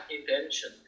intention